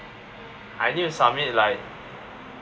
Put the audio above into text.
I need to submit like